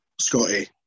Scotty